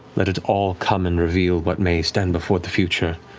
let it all come and reveal what may stand before the future.